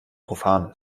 profan